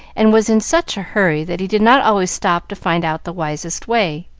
and was in such a hurry that he did not always stop to find out the wisest way.